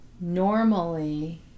normally